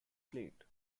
fleet